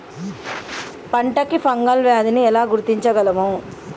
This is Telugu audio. పంట కి ఫంగల్ వ్యాధి ని ఎలా గుర్తించగలం?